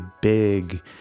big